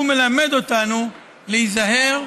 הוא מלמד אותנו להיזהר.